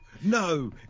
No